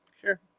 Sure